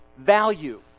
value